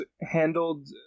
handled